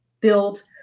build